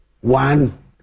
one